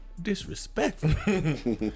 disrespectful